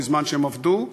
בזמן שהם עבדו,